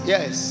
Yes